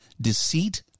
deceit